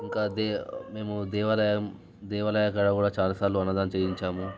ఇంకా దే మేము దేవాలయం దేవాలయాలకాడ కూడా చాలాసార్లు అన్నదానం చేయించాము